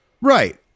Right